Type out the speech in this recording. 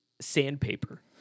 sandpaper